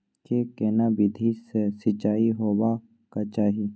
के केना विधी सॅ सिंचाई होबाक चाही?